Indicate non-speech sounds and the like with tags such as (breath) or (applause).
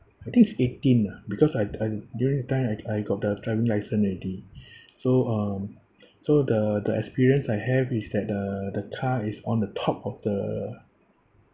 I think it's eighteen ah because I d~ I during that time I I got driving license already (breath) so um so the the experience I have is that uh the car is on the top of the